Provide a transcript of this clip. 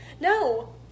No